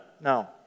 no